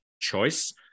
choice